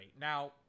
Now